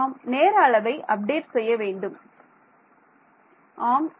மாணவர் நாம் நேர அளவை அப்டேட் செய்ய வேண்டும் மாணவர் ஆம்